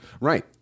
Right